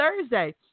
Thursday